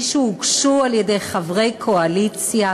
שהן לא הוגשו על-ידי חברי קואליציה?